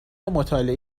مطالعه